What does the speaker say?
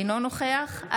אינו נוכח שלום דנינו,